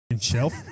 shelf